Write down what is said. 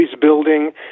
building